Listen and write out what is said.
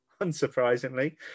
unsurprisingly